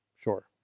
Sure